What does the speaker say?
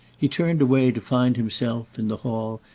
he turned away to find himself, in the hall,